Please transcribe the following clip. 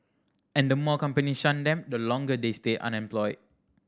and the more company shun them the longer they stay unemployed